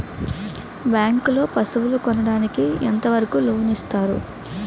Bank లో పశువుల కొనడానికి ఎంత వరకు లోన్ లు ఇస్తారు?